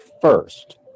first